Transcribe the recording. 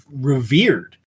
revered